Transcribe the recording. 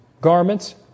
garments